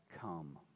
come